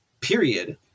period